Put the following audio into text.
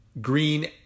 Green